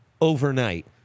overnight